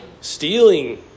stealing